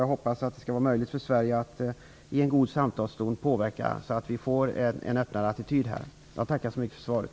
Jag hoppas att det skall vara möjligt för Sverige att påverka i en god samtalston så att vi får en öppnare attityd här. Jag tackar så mycket för svaret.